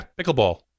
pickleball